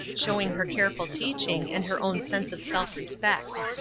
showing her careful teaching and her own sense of self-respect.